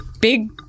big